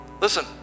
Listen